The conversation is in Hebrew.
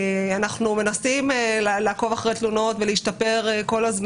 אנחנו מנסים לעקוב אחרי תלונות וכל הזמן להשתפר.